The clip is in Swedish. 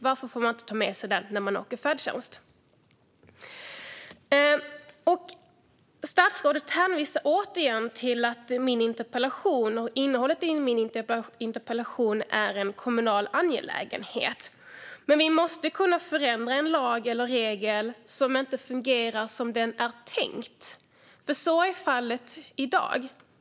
Varför får man inte ta med sig den när man åker färdtjänst? Statsrådet hänvisar återigen till att innehållet i min interpellation är en kommunal angelägenhet. Men vi måste kunna förändra en lag eller regel som inte fungerar som det var tänkt. Så är fallet i dag.